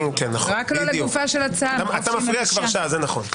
אתה מפריע כבר שעה, זה נכון.